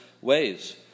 ways